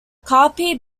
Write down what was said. crappie